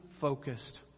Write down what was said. focused